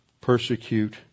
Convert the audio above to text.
persecute